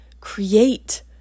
create